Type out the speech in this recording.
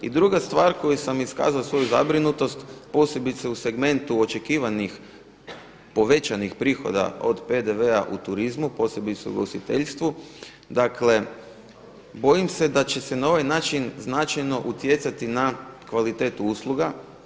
I druga stvar koju sam iskazao svoju zabrinutost, posebice u segmentu očekivanih povećanih prihoda od PDV-a u turizmu, posebice u ugostiteljstvu, dakle bojim se da će se na ovaj način značajno utjecati na kvalitetu usluga.